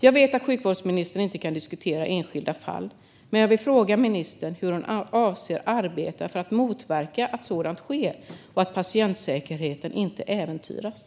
Jag vet att sjukvårdsministern inte kan diskutera enskilda fall, men jag vill fråga ministern hur hon avser att arbeta för att motverka att sådant sker och för att patientsäkerheten inte äventyras.